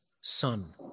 son